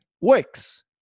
works